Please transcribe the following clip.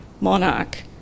monarch